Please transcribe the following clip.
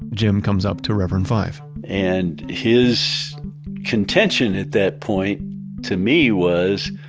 jim comes up to reverend fife and his contention at that point to me was,